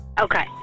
Okay